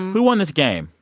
who won this game?